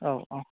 औ औ